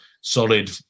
solid